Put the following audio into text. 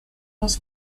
was